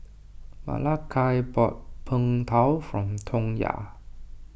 Malakai bought Png Tao for Tonya